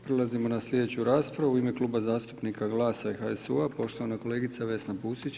Prelazimo na sljedeću raspravu u ime Kluba zastupnika GLAS-a i HSU-a poštovana kolegice Vesna Pusić.